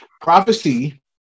Prophecy